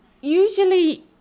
usually